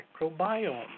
microbiome